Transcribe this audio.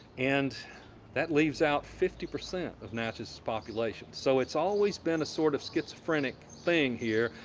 and that leaves out fifty percent of natchez's population, so it's always been a sort of schizophrenic thing here,